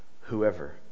whoever